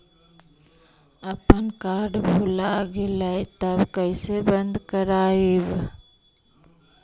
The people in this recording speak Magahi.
अपन कार्ड भुला गेलय तब कैसे बन्द कराइब?